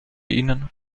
ihnen